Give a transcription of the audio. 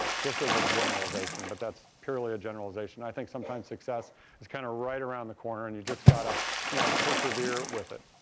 just as a generalization but that's purely a generalization, i think sometimes success is kind of right around the corner and you just got to ah you know persevere with it.